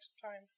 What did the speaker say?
sometime